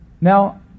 Now